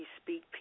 speak